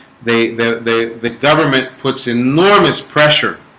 they the they the government puts enormous pressure